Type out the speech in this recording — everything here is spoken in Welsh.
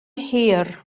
hir